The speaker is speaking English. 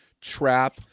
trap